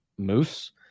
Moose